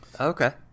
okay